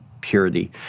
purity